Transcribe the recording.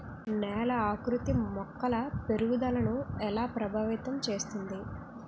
నేల ఆకృతి మొక్కల పెరుగుదలను ఎలా ప్రభావితం చేస్తుంది?